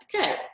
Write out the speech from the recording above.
okay